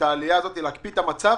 המצב